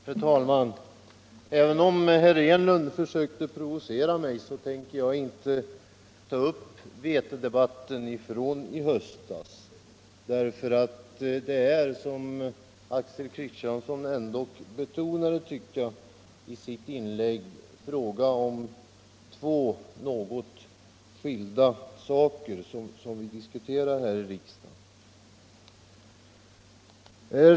Herr talman! Även om herr Enlund försökte provocera mig tänker jag inte ta upp vetedebatten från i höstas. Som herr Kristiansson betonade i sitt inlägg är det två skilda frågor som vi diskuterar här i kammaren.